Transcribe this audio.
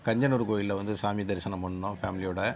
கஞ்சனூர் கோவில்ல வந்து சாமி தரிசனம் பண்ணோம் ஃபேமலியோடு